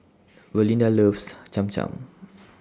Valinda loves Cham Cham